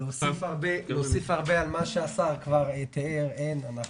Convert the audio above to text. להוסיף הרבה על מה שהשר כבר תאר אין לי,